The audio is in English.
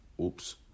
oops